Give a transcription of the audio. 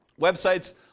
websites